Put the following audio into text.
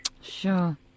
Sure